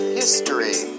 history